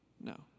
No